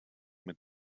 mit